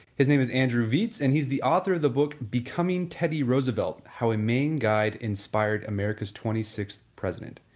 his name his andrew vietze and he is the author of the book becoming teddy roosevelt how a maine guide inspired america's twenty sixth president.